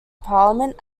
parliament